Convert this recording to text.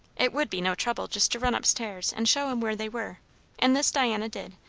it would be no trouble just to run up-stairs and show him where they were and this diana did,